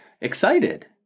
excited